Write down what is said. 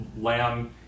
lamb